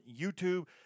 youtube